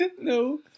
No